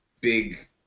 big